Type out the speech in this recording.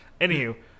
Anywho